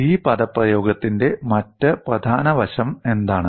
ഈ പദപ്രയോഗത്തിന്റെ മറ്റ് പ്രധാന വശം എന്താണ്